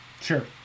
Sure